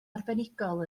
arbenigol